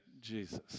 Jesus